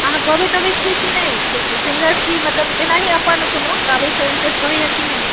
अहाँ गबै तबै छियै की नहि सिंगर छी मतलब एनाहिए अपन कोनो गाबयसँ इंटरेस्ट रहैए की नहि